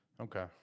Okay